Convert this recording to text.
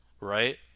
right